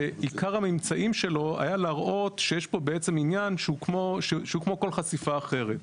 עיקר הממצאים שלו היה להראות שיש פה בעצם עניין שהוא כמו כל חשיפה אחרת,